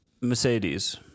Mercedes